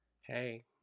Hey